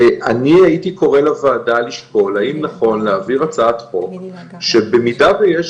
אני הייתי קורא לוועדה לשקול האם נכון להעביר הצעת חוק שבמידה שיש